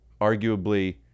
Arguably